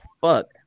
fuck